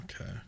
Okay